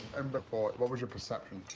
and before what was your perception?